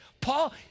Paul